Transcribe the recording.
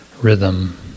rhythm